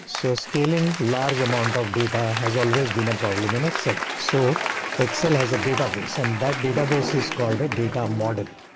so scaling large amount of data has always been a problem in excel. so excel has a database and that database is called a data model.